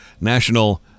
National